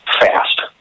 fast